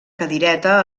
cadireta